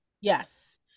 Yes